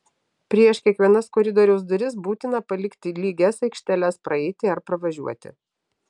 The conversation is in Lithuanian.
prieš kiekvienas koridoriaus duris būtina palikti lygias aikšteles praeiti ar pravažiuoti